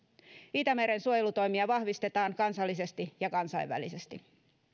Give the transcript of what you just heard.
itämeren suojelutoimia vahvistetaan kansallisesti ja kansainvälisesti